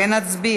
אינו נוכח,